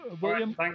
William